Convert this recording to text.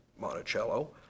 Monticello